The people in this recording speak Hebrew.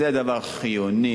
זה דבר חיוני,